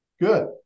Good